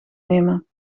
nemen